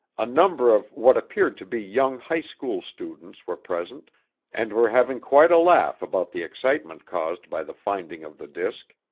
a number of what appeared to be young high school students were present and were having quite a laugh about the excitement caused by the finding of the disc.